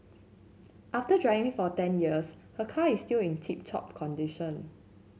after driving for ten years her car is still in tip top condition